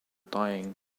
dying